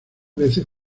veces